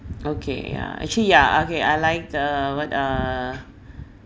okay ya actually ya okay I like the what uh